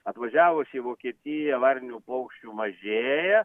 atvažiavus į vokietiją varninių paukščių mažėja